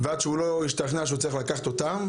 ועד שהוא השתכנע שהוא צריך לקחת אותם,